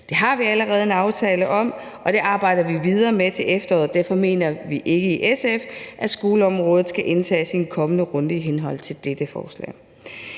Det har vi allerede en aftale om, og det arbejder vi videre med til efteråret, og derfor mener vi i SF ikke, at skoleområdet skal indtages i en kommende runde i henhold til dette forslag.